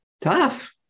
Tough